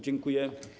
Dziękuję.